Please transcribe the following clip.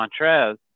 Montrez